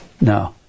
No